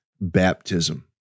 baptism